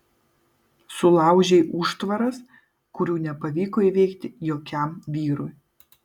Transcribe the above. sulaužei užtvaras kurių nepavyko įveikti jokiam vyrui